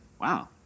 Wow